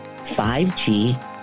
5G